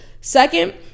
second